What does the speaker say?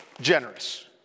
generous